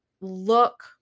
look